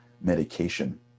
medication